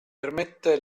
permette